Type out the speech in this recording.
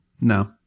No